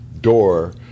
door